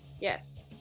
Yes